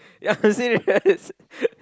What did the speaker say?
yeah serious